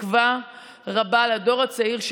ותקווה רבה לדור הצעיר,